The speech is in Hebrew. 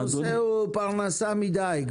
הנושא הוא פרנסה מדיג.